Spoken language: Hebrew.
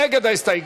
מי נגד ההסתייגות?